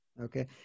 okay